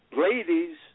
Ladies